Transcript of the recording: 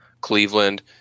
Cleveland